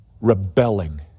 rebelling